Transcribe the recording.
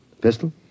Pistol